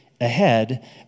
ahead